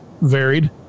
varied